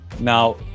Now